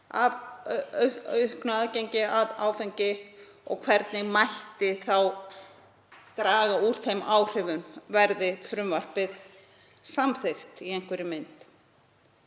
af auknu aðgengi að áfengi og hvernig mætti þá draga úr þeim áhrifum, verði frumvarpið samþykkt í einhverri mynd.